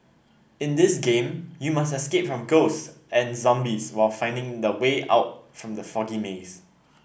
in this game you must escape from ghosts and zombies while finding the way out from the foggy maze